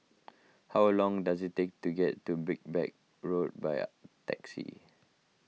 how long does it take to get to Road by taxi